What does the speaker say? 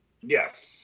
Yes